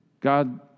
God